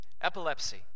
epilepsy